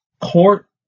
court